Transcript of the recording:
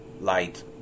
light